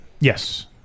Yes